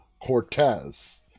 Cortez